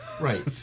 Right